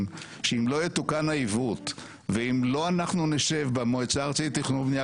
שאם לא יתוקן העיוות ואם לא אנחנו נשב במועצה הארצית לתכנון ובנייה